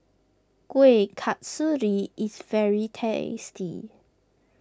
Kuih Kasturi is very tasty